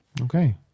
Okay